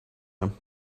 time